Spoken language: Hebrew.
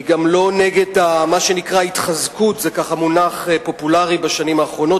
היא גם לא נגד מה שנקרא "התחזקות" זה מונח פופולרי בשנים האחרונות,